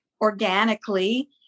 organically